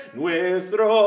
nuestro